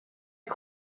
are